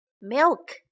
Milk